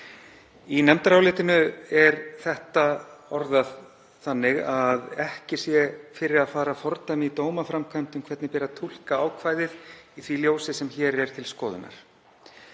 Í nefndarálitinu er þetta orðað þannig að ekki sé fyrir að fara fordæmi í dómaframkvæmd um hvernig beri að túlka ákvæðið í því ljósi sem hér er til skoðunar.